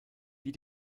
wie